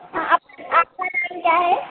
आप आपको नाम क्या है